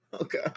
Okay